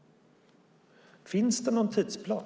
Finns det någon tidsplan?